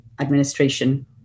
administration